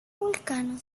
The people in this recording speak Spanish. vulcano